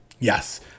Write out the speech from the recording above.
yes